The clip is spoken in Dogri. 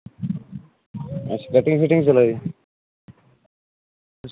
अच्छा कटिंग चला दी